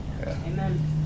Amen